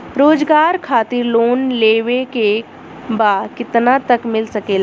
रोजगार खातिर लोन लेवेके बा कितना तक मिल सकेला?